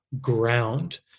ground